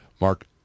Mark